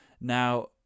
Now